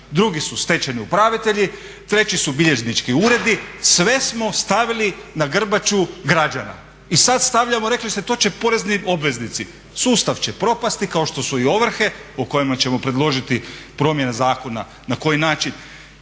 Drugi su stečajni upravitelji, treći su bilježnički uredi, sve smo stavili na grbaču građana. I sada stavljamo, rekli ste to će porezni obveznici. Sustav će propasti kao što su i ovrhe kojima ćemo predložiti promjene zakona. Na koji način,